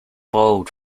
bald